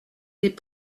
des